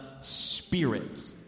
spirit